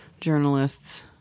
journalists